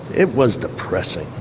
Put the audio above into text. it was depressing.